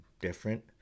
different